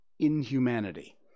inhumanity